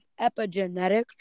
epigenetic